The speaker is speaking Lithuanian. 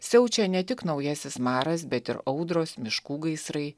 siaučia ne tik naujasis maras bet ir audros miškų gaisrai